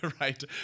right